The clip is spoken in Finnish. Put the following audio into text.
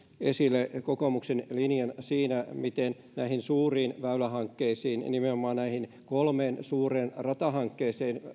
esille kokoomuksen linjan siinä miten se näihin suuriin väylähankkeisiin ja nimenomaan näihin kolmeen suureen ratahankkeeseen